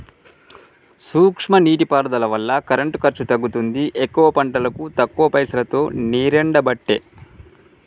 సూక్ష్మ నీటి పారుదల వల్ల కరెంటు ఖర్చు తగ్గుతుంది ఎక్కువ పంటలకు తక్కువ పైసలోతో నీరెండబట్టే